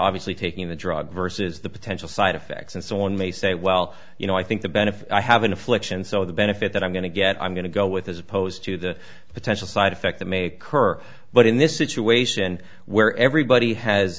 obviously taking the drug versus the potential side effects and someone may say well you know i think the benefit i have an affliction so the benefit that i'm going to get i'm going to go with as opposed to the potential side effect that may occur but in this situation where everybody ha